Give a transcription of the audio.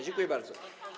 Dziękuję bardzo.